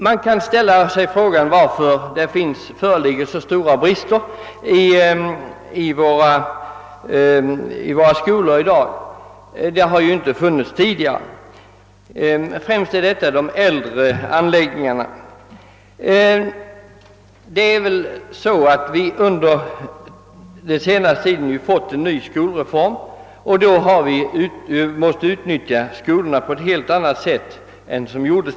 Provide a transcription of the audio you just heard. Man kan ställa sig frågan, varför det föreligger så stora brister i våra skolor i dag — sådana har ju inte påtalats tidigare. Detta gäller emellertid främst de äldre anläggningarna. Under den senaste tiden har vi som bekant fått en ny skolreform, som medfört att de befintliga skolorna måste utnyttjas på ett helt annat sätt än tidigare.